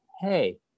hey